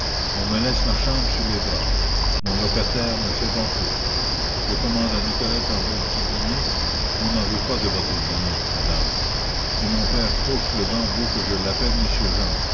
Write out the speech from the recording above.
on me laisse ma chambre sur les bras mon locataire me fait banqueroute je commande à nicolette un bon petit dîner on n'en veut pas de votre dîner madame et mon père fauchelevent veut que je l'appelle monsieur jean